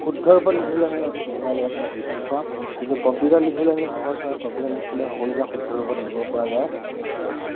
শুদ্ধ ৰূপত লিখিবলৈ আমি মোবাইল এপ নাপা বিচাৰি নেপাওঁ কিন্তু কম্পিউটাৰত লিখিবলৈ আমি সহজ হয় কম্পিউটাৰ লিখিবলৈ সকলোবিলাক শুদ্ধ ৰূপত লিখিব পৰা যায়